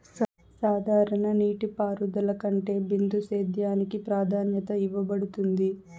సాధారణ నీటిపారుదల కంటే బిందు సేద్యానికి ప్రాధాన్యత ఇవ్వబడుతుంది